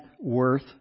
worth